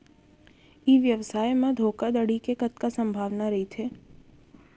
ई व्यवसाय म धोका धड़ी के कतका संभावना रहिथे?